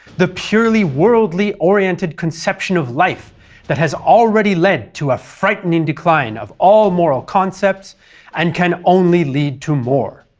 the purely worldly-oriented conception of life that has already led to a frightening decline of all moral concepts and can only lead to more.